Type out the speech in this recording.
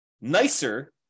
nicer